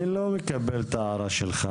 אני לא מקבל את ההערה שלך.